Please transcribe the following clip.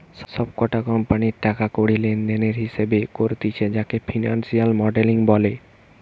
সব কটা কোম্পানির টাকা কড়ি লেনদেনের হিসেবে করতিছে যাকে ফিনান্সিয়াল মডেলিং বলে